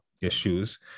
issues